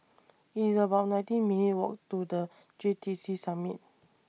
IT IS about nineteen minutes' Walk to The J T C Summit